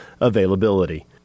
availability